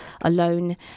alone